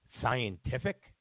scientific